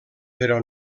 però